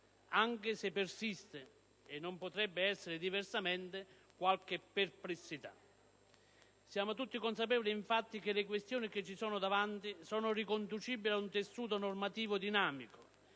anche se persiste, e non potrebbe essere diversamente, qualche perplessità. Siamo tutti consapevoli, infatti, che le questioni che ci sono davanti sono riconducibili ad un tessuto normativo dinamico,